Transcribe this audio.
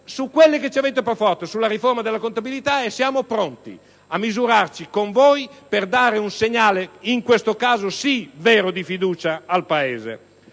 proposte, ad esempio sulla riforma della contabilità; siamo pronti a misurarci con voi per dare un segnale - in questo caso, sì - vero di fiducia al Paese.